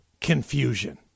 confusion